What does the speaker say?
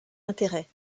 intérêt